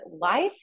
life